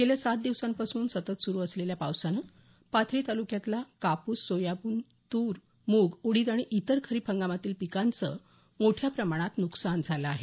गेल्या सात दिवसांपासून सतत सुरू असलेल्या पावसानं पाथरी तालुक्यातल्या कापूस सोयाबीन तूर मूग उडीद आणि इतर खरीप हंगामातील पिकांचं मोठ्या प्रमाणात नुकसान झालं आहे